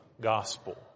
gospel